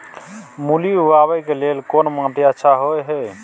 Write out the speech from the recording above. मूली उगाबै के लेल कोन माटी अच्छा होय है?